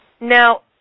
Now